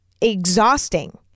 exhausting